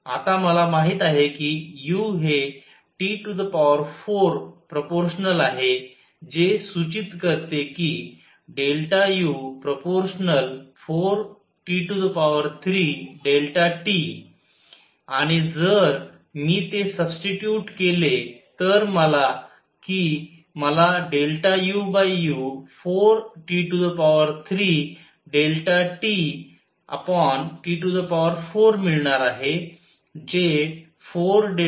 आता मला माहित आहे की u हे T4 प्रपोर्शनल आहे जे सूचित करते कि u∝4T3T आणि जर मी ते सब्स्टीट्युट केले तर मला की मला uu4T3TT4मिळणार आहे जे4TTआहे